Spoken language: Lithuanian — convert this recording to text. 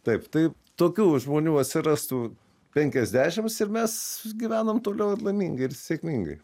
taip tai tokių žmonių atsirastų penkiasdešims ir mes gyvenam toliau ir laimingai ir sėkmingai